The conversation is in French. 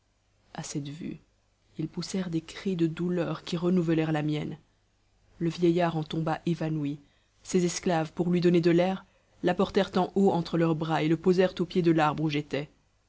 à cette vue ils poussèrent des cris de douleur qui renouvelèrent la mienne le vieillard en tomba évanoui ses esclaves pour lui donner de l'air l'apportèrent en haut entre leurs bras et le posèrent au pied de l'arbre où j'étais